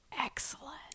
excellent